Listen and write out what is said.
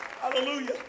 Hallelujah